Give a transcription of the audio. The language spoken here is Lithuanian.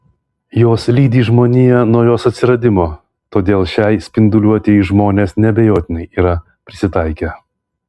jos lydi žmoniją nuo jos atsiradimo todėl šiai spinduliuotei žmonės neabejotinai yra prisitaikę